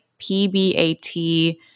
PBAT